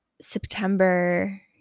September